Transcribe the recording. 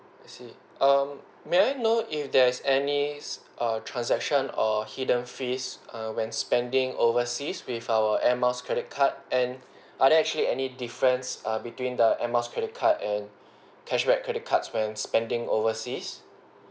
I see um may I know if there's any err transaction or hidden fees err when spending overseas with our airmiles credit card and are there actually any difference uh between the airmiles credit card and cashback credit cards when spending overseas